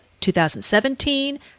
2017